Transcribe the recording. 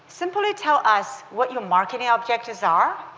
simply tell us what your marketing objectives are.